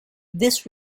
this